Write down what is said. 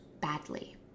badly